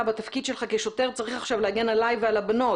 בתפקיד שלך כשוטר צריך להגן עלי ועל הבנות.